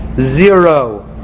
zero